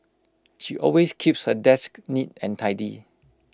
she always keeps her desk neat and tidy